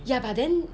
ya but then